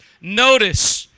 Notice